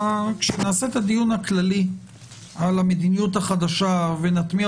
כשנעשה את הדיון הכללי על המדיניות החדשה ונטמיע